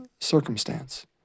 circumstance